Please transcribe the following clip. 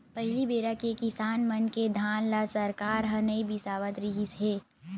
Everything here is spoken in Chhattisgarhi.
पहली बेरा के किसान मन के धान ल सरकार ह नइ बिसावत रिहिस हे